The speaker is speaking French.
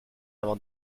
avant